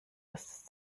ist